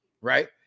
right